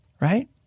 right